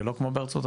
שלא כמו בארה"ב?